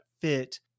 fit